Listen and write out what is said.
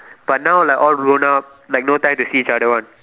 but now like all grown up like no time to see each other one